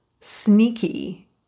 sneaky